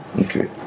Okay